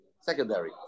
secondary